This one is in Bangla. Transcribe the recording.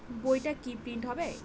বইটা কি প্রিন্ট হবে?